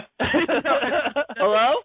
Hello